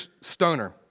Stoner